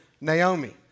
Naomi